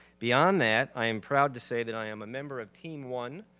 beyond that, i am proud to say that i am a member of team one,